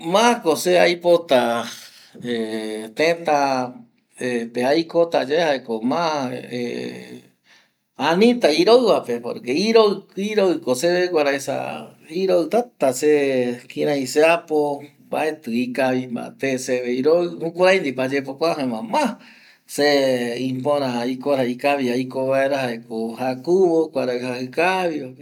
Ma ko se aipota eh teta eh pe aikota yae jaeko ma eh anita iroi va pe porque iroi, iroi ko seve guara esa iroi tata se kirai seapo, mbaeti ikavi mbate seve iroi jukurai ndipo ayepokua jaema ma se ipora kurai ikavi aiko vaera jaeko jakuvo, kuarai jaji kavi va pe